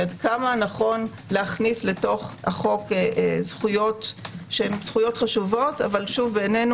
עד כמה נכון להכניס לחוק זכויות שהן חשובות אבל בעינינו